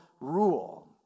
rule